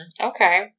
Okay